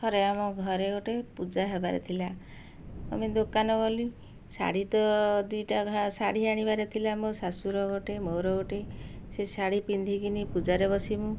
ଥରେ ଆମ ଘରେ ଗୋଟେ ପୂଜା ହେବାର ଥିଲା ମାନେ ଦୋକାନ ଗଲି ଶାଢ଼ୀ ତ ଦୁଇଟା ୟାକ ଶାଢ଼ୀ ଆଣିବାର ଥିଲା ମୋ ଶାଶୁ ର ଗୋଟେ ମୋର ଗୋଟେ ସେ ଶାଢ଼ୀ ପିନ୍ଧିକିନି ପୂଜା ରେ ବସିବୁ